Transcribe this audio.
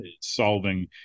solving